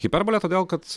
hiperbolė todėl kad